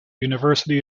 university